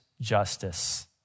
justice